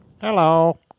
Hello